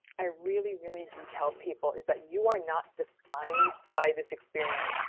i really, really do tell people is that you are not defined by this experience.